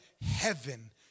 Heaven